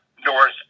North